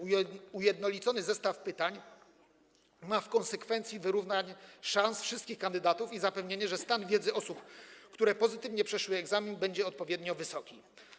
Ujednolicony zestaw pytań ma w konsekwencji wyrównać szanse wszystkich kandydatów i zapewnić, że stan wiedzy osób, które pozytywnie przeszły egzamin, będzie odpowiednio wysoki.